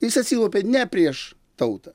jis atsiklaupė ne prieš tautą